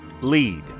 Lead